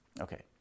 Okay